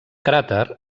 cràter